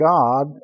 God